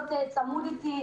להיות צמוד אליי,